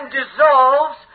dissolves